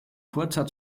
kurzer